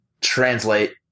Translate